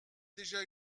déjà